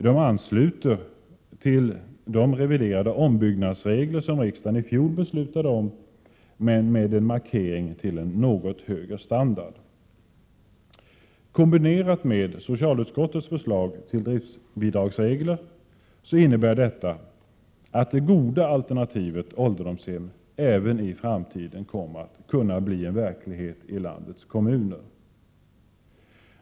De ansluter till de reviderade ombyggnadsregler som riksdagen i fjol beslutade, men med en markering mot något högre standard. Kombinerat med socialutskottets förslag till driftsbidragsregler innebär detta att det goda alternativet ålderdomshem även i framtiden kan bli en verklighet i landets kommuner.